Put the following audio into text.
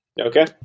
Okay